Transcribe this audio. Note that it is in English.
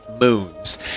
moons